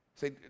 Say